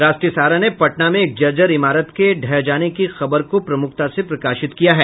राष्ट्रीय सहारा ने पटना में एक जर्जर इमारत के ढह जाने की खबर को प्रमूखता से प्रकाशित किया है